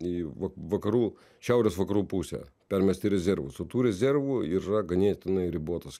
į vakarų šiaurės vakarų pusę permesti rezervus o tų rezervų yra ganėtinai ribotos